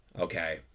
Okay